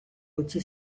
utzi